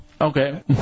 Okay